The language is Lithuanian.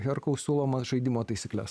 herkaus siūlomas žaidimo taisykles